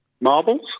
Marbles